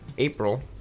April